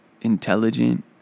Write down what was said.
intelligent